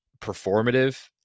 performative